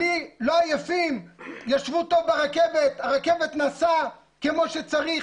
לא עייפים, ישבו טוב ברכבת, הרכבת נסעה כמו שצריך.